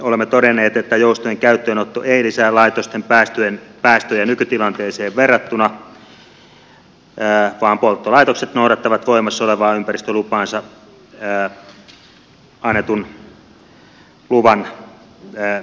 olemme todenneet että joustojen käyttöönotto ei lisää laitosten päätöjä nykytilanteeseen verrattuna vaan polttolaitokset noudattavat voimassa olevaa ympäristölupaansa annetun luvan mukaisesti